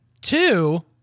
two